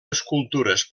escultures